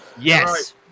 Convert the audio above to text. Yes